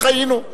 חיינו.